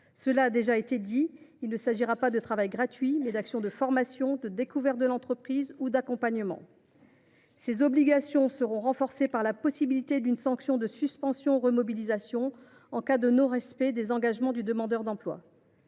Cela a déjà été dit, il s’agira non pas de travail gratuit, mais d’actions de formation, de découverte de l’entreprise ou d’accompagnement. Ces obligations seront renforcées par la possibilité d’une sanction de suspension remobilisation en cas de non respect des engagements du demandeur d’emploi.